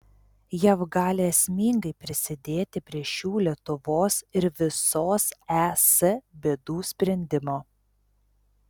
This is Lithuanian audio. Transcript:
jav gali esmingai prisidėti prie šių lietuvos ir visos es bėdų sprendimo